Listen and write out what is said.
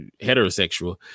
heterosexual